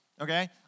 okay